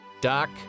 Doc